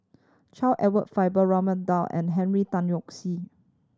Charles Edward Faber Raman Daud and Henry Tan Yoke See